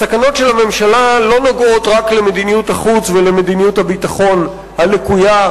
הסכנות של הממשלה לא נוגעות רק במדיניות החוץ ומדיניות הביטחון הלקויה,